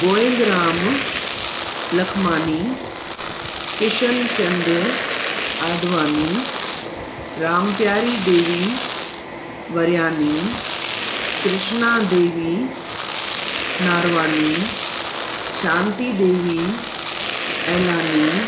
Govindram Lakhmani Kishan Chand Advani Ram Pyari Devi Varyani Krishna Devi Narwani Shanti Devi Elani